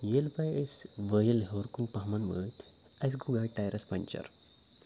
ییٚلہِ بہ أسۍ وٲیِل ہیوٚر کُن پَہمَتھ وٲتۍ اَسہِ گوٚو گاڑِ ٹایرَس پنٛچَر